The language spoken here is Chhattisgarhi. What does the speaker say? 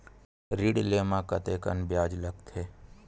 ऋण ले म कतेकन ब्याज लगथे?